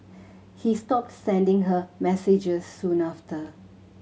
he stopped sending her messages soon after